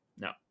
No